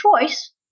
choice